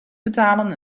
betalen